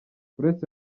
uretse